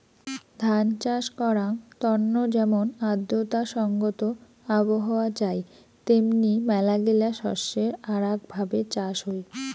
ধান চাষ করাঙ তন্ন যেমন আর্দ্রতা সংগত আবহাওয়া চাই তেমনি মেলাগিলা শস্যের আরাক ভাবে চাষ হই